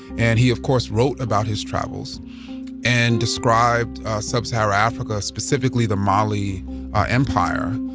and he of course wrote about his travels and described sub-saharan africa, specifically the mali empire.